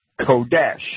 kodesh